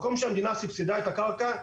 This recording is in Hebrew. מקום שהמדינה סבסדה את הקרקע,